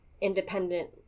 independent